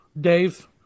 Dave